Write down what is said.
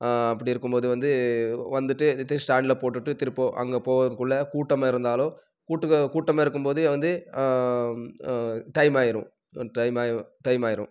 அப்படி இருக்கும் போது வந்து வந்துவிட்டு நிறுத்தி ஸ்டாண்டில் போட்டுவிட்டு திருப்போ அங்கே போறதுக்குள்ளே கூட்டமாக இருந்தாலும் கூட்டுக்க கூட்டமாக இருக்கும் போது வந்து டைம்மாயிடும் டைம்மாகி டைம்மாகிரும்